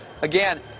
again